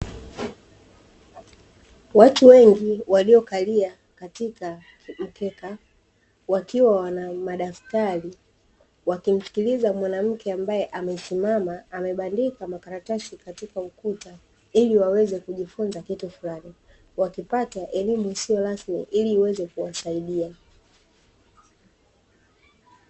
Watu wengi walio kalia katika mkeka wakiwa wana madaftari, wakimsikiliza mwanamke ambaye amesimama amebandika makaratasi katika ukuta ili waweze kujifunza kitu fulani, wakipata elimu isisyo rasmi ili iweze kuwasaidia.